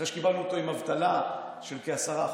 אחרי שקיבלנו אותו עם אבטלה של 10%,